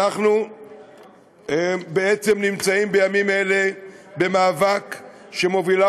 אנחנו בעצם נמצאים בימים אלה במאבק שמובילה